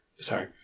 sorry